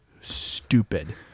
stupid